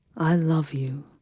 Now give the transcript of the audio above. i love you.